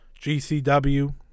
GCW